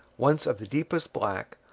once of the deepest black,